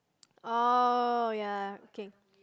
oh ya okay